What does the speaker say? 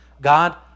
God